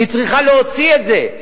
היא צריכה להוציא את זה.